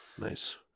Nice